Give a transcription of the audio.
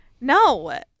No